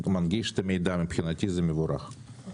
מנגיש את המידע, מבחינתי זה מבורך.